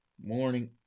Morning